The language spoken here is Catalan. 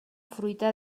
fruita